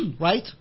right